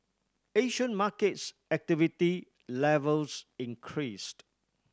Asian markets activity levels increased